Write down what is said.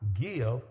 give